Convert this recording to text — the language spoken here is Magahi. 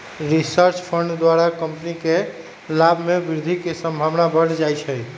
रिसर्च फंड द्वारा कंपनी के लाभ में वृद्धि के संभावना बढ़ जाइ छइ